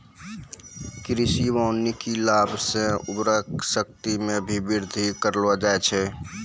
कृषि वानिकी लाभ से उर्वरा शक्ति मे भी बृद्धि करलो जाय छै